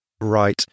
right